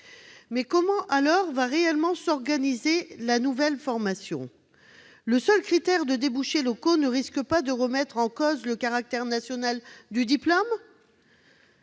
Mais comment s'organisera la nouvelle formation ? Le seul critère de débouchés locaux ne risque-t-il pas de remettre en cause le caractère national du diplôme ?